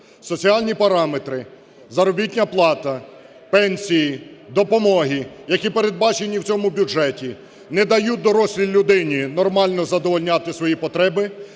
Соціальні параметри, заробітна плата, пенсії, допомоги, які передбачені в цьому бюджеті, не дають дорослій людині нормально задовольняти свої потреби,